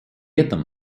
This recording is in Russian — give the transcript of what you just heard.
этом